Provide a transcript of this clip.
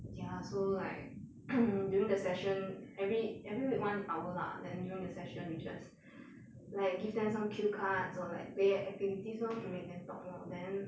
ya so like during the session every every week one hour lah then during the session you just like give them some cue cards or play activities lor to make them talk lor then